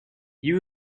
you